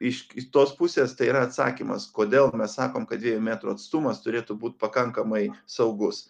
iš kitos pusės tai yra atsakymas kodėl mes sakom kad dviejų metrų atstumas turėtų būt pakankamai saugus